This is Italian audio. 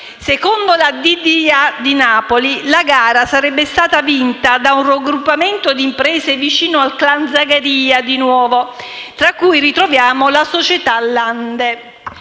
antimafia di Napoli, la gara sarebbe stata vinta da un raggruppamento di imprese vicine al clan Zagaria (di nuovo), tra cui ritroviamo la società Lande.